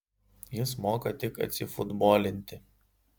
jis moka tik atsifutbolinti